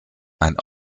ein